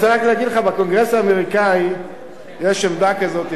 אני רק רוצה להגיד לך שבקונגרס האמריקני יש עמדה כזו,